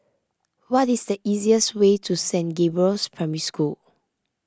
what is the easiest way to Saint Gabriel's Primary School